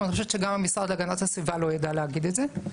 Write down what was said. אני חושבת שגם המשרד להגנת הסביבה לא ידע להגיד את זה.